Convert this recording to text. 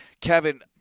Kevin